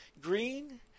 Green